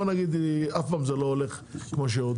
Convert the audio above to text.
בוא נגיד אף פעם זה לא הולך כמו שרוצים,